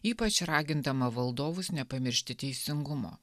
ypač ragindama valdovus nepamiršti teisingumo